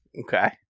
Okay